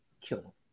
kill